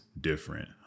different